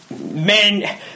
men